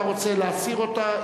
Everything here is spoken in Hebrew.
אתה רוצה להסיר אותה,